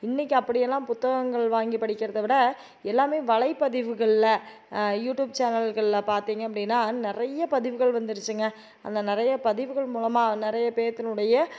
இன்னைக்கு அப்படி எல்லாம் புத்தகங்கள் வாங்கி படிக்கிறதை விட எல்லாம் வலைப்பதிவுகளில் யூடியூப் சேனல்களில் பார்த்தீங்க அப்படின்னா நிறைய பதிவுகள் வந்துடுச்சிங்க அந்த நிறைய பதிவுகள் மூலமாக நிறைய பேத்தினுடைய